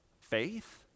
faith